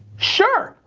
sure,